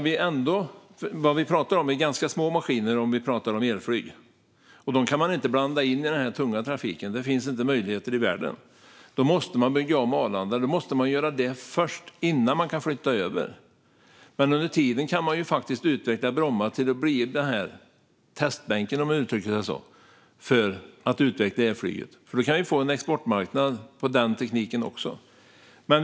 Vi talar dock om ganska små elflygmaskiner. Dem kan man inte blanda in i den tunga trafiken; det finns ingen möjlighet i världen. Då måste man bygga om Arlanda, och det måste man göra först, innan man kan flytta över. Under tiden kan Bromma utvecklas till en testbänk för elflyget, för då kan vi få en exportmarknad även för den tekniken.